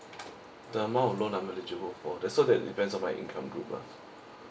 the amount of loan I'm eligible for so that it depends on my income group lah